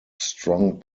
strong